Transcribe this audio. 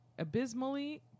abysmally